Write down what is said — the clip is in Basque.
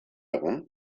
egun